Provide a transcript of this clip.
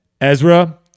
Ezra